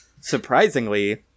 surprisingly